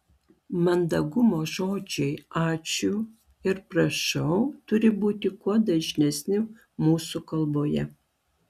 mandagumo žodžiai ačiū ir prašau turi būti kuo dažnesni mūsų kalboje